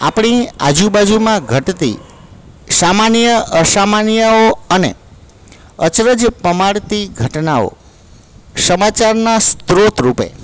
આપણી આજુબાજુમાં ઘટતી સામાન્ય અસામાન્ય અને અચરજ પમાડતી ઘટનાઓ સમાચારના સ્ત્રોત રૂપે